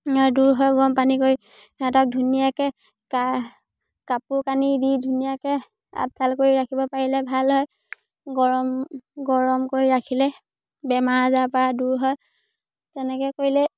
দূৰ হয় গৰম পানী কৰি সিহঁতক ধুনীয়াকে কাপোৰ কানি দি ধুনীয়াকে আপদাল কৰি ৰাখিব পাৰিলে ভাল হয় গৰম গৰম কৰি ৰাখিলে বেমাৰ আজাৰ পৰা দূৰ হয় তেনেকে কৰিলে